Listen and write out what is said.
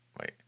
Wait